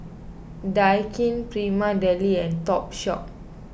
Daikin Prima Deli and Topshop